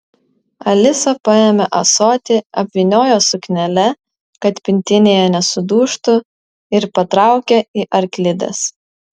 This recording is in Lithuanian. alisa paėmė ąsotį apvyniojo suknele kad pintinėje nesudužtų ir patraukė į arklides